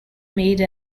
made